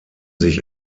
sich